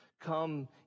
Come